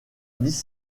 dix